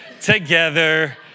together